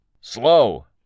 Slow